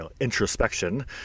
introspection